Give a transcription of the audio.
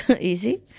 easy